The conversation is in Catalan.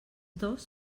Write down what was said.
dos